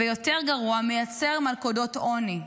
ויותר גרוע, מייצר מלכודות עוני.